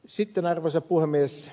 sitten arvoisa puhemies